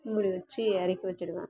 மூடி வச்சு இறக்கி வச்சுடுவேன்